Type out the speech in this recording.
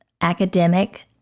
academic